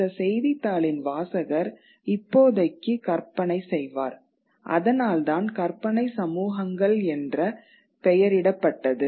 அந்த செய்தித்தாளின் வாசகர் இப்போதைக்கு கற்பனை செய்வார் அதனால்தான் கற்பனை சமூகங்கள் என்ற பெயரிடப்பட்டது